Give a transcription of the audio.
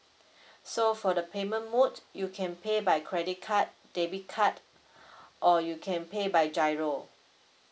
so for the payment mode you can pay by credit card debit card or you can pay by GIRO